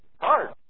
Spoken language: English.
Hard